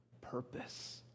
purpose